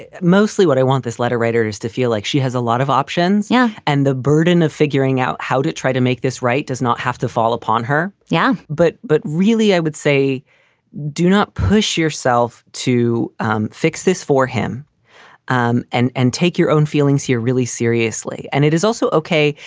mostly what i want this letter writer is to feel like she has a lot of options. yeah. and the burden of figuring out how to try to make this right does not have to fall upon her yeah, but but really, i would say do not push yourself to um fix this for him um and and take your own feelings here really seriously. and it is also ok.